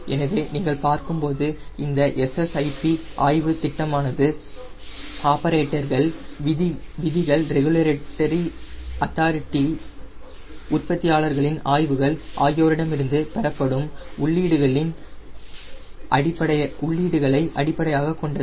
எனவே நீங்கள் பார்க்கும் பொழுது இந்த SSIP திட்டமானது ஆபரேட்டர்கள் விதிகள ரெகுலேட்டரி அத்தாரிட்டி உற்பத்தியாளர்களின் ஆய்வுகள் ஆகியோரிடம் இருந்து பெறப்படும் உள்ளீடுகளை அடிப்படையாக கொண்டது